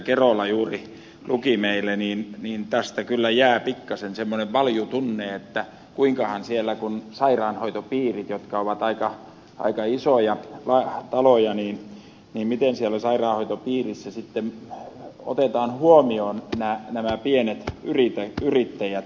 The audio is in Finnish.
kerola juuri luki meille niin tästä kyllä jää pikkaisen semmoinen valju tunne että miten siellä sairaanhoitopiireissä jotka ovat aika isoja taloja niin ne miten siellä sairaanhoitopiireissä sitten otetaan huomioon nämä pienet yrittäjät